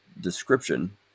description